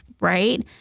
right